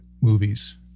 movies